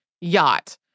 yacht